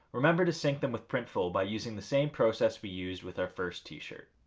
remember to sync them with printful, by using the same process we used with our first t-shirt.